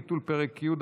ביטול פרק י'),